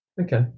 Okay